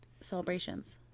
celebrations